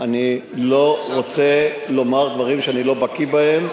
אני לא רוצה לומר דברים שאני לא בקי בהם,